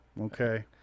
Okay